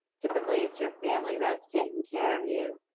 typically it's your family that's taking care of you.